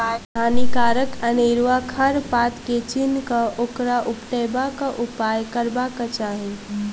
हानिकारक अनेरुआ खर पात के चीन्ह क ओकरा उपटयबाक उपाय करबाक चाही